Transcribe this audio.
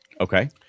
Okay